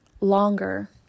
longer